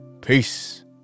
Peace